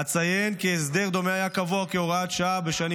אציין כי הסדר דומה היה קבוע כהוראת שעה בשנים